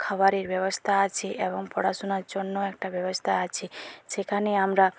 খাবারের ব্যবস্থা আছে এবং পড়াশোনার জন্য একটা ব্যবস্থা আছে সেখানে আমরা